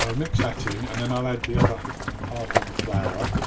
ah mix that in and then i'll add the other half of the flour.